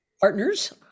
partners